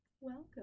Welcome